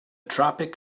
tropic